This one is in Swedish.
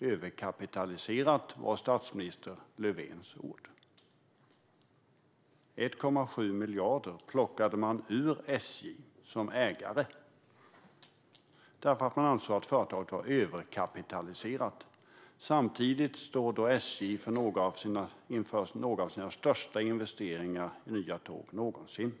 "Överkapitaliserat" var ordet som statsminister Löfven använde. 1,7 miljarder plockade man ur SJ som ägare därför att man ansåg att företaget var överkapitaliserat. Samtidigt stod SJ inför några av sina största investeringar någonsin i nya tåg.